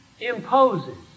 imposes